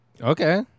okay